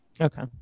Okay